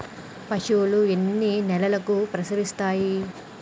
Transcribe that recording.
పశువులు ఎన్ని నెలలకు ప్రసవిస్తాయి?